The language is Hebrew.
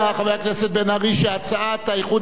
שהצעת האיחוד הלאומי לא נתקבלה.